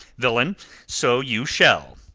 villain so you shall.